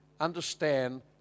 understand